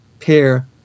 pair